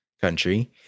country